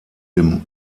dem